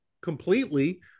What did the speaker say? completely